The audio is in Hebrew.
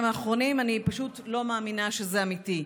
האחרונים אני פשוט לא מאמינה שזה אמיתי.